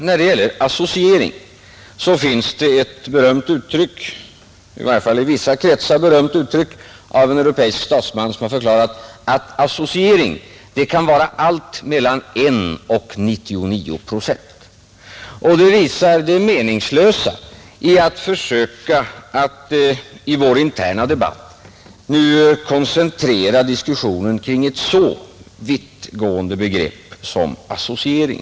När det gäller associering finns det ett, åtminstone i vissa kretsar berömt, uttalande av en europeisk statsman, som har förklarat att anslutningsformen associering kan innebära allt mellan 1 och 99 procent. Detta visar det meningslösa i att försöka i vår interna debatt nu koncentrera diskussionen kring ett så vittgående begrepp som associering.